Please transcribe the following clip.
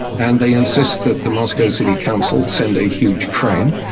and they insist that the moscow city council send a huge crane.